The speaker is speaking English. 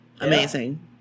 Amazing